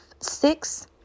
six